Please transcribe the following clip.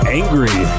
angry